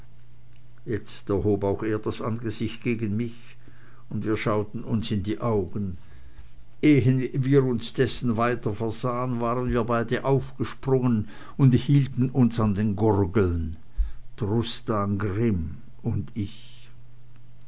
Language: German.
jetzt erhob auch er das angesicht gegen mich und wir schauten uns in die augen ehe wir uns dessen weiter versahen waren wir beide aufgesprungen und hielten uns an den gurgeln trustan grimm und ich